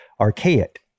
archaic